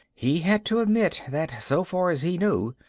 he had to admit that, so far as he knew,